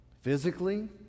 physically